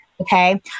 Okay